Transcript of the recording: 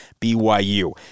BYU